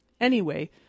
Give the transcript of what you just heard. Anyway